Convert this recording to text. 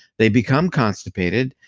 they become constipated,